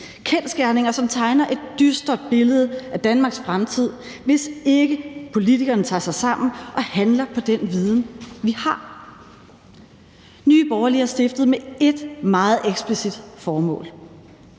kendsgerninger, som tegner et dystert billede af Danmarks fremtid, hvis ikke politikerne tager sig sammen og handler på den viden, vi har. Nye Borgerlige er stiftet med ét meget eksplicit formål